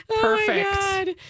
Perfect